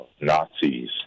Nazis